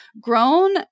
grown